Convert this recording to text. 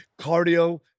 Cardio